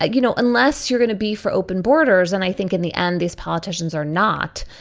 ah you know, unless you're going to be for open borders and i think in the end, these politicians are not.